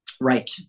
Right